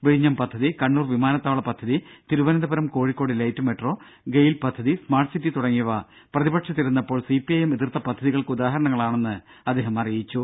വിഴിഞ്ഞം പദ്ധതി കണ്ണൂർ വിമാനത്താവള പദ്ധതി തിരുവനന്തപുരം കോഴിക്കോട് ലൈറ്റ് മെട്രോ ഗെയിൽ പദ്ധതി സ്മാർട്ട് സിറ്റി തുടങ്ങിയവ പ്രതിപക്ഷത്തിരുന്നപ്പോൾ സി പി ഐ എം എതിർത്ത പദ്ധതികൾക്ക് ഉദാഹരണങ്ങളാണെന്ന് അദ്ദേഹം അറിയിച്ചു